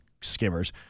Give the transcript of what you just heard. skimmers